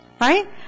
Right